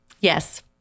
yes